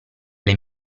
alle